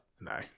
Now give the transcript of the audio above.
No